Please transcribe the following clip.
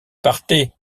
partez